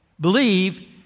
believe